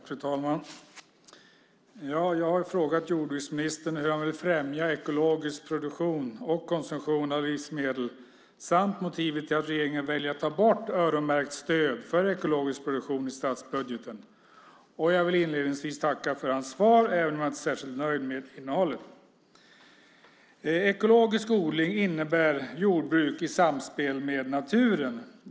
Fru talman! Jag har frågat jordbruksministern hur han vill främja ekologisk produktion och konsumtion av livsmedel samt om motivet till att regeringen väljer att ta bort öronmärkt stöd för ekologisk produktion i statsbudgeten. Jag vill inledningsvis tacka för hans svar, även om jag inte är särskilt nöjd med innehållet. Ekologisk odling innebär jordbruk i samspel med naturen.